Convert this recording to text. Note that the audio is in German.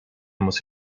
muss